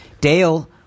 Dale